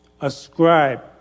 Ascribe